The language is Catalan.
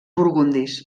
burgundis